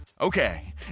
Okay